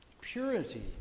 purity